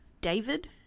David